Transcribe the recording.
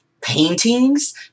paintings